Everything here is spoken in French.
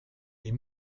les